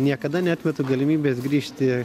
niekada neatmetu galimybės grįžti